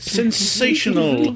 sensational